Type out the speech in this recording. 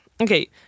okay